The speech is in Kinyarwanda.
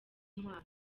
ntwaro